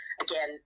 again